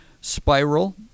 Spiral